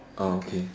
okay